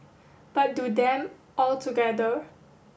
but do them all together